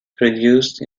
produced